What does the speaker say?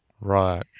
Right